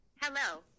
Hello